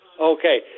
Okay